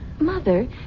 Mother